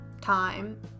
time